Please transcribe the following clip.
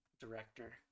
director